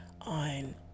on